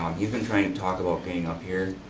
um he's been trying to talk about getting up here.